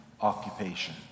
occupation